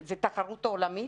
זה תחרות עולמית